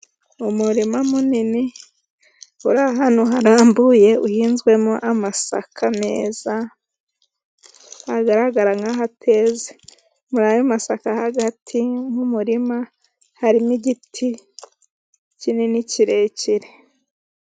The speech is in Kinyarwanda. Umurima munini uri ahantu harambuye uhinzwemo amasaka meza agaragara nk'aho ateze. Muri ayo masaka hagati mu murima harimo igiti kinini kirekire.